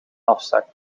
afzakt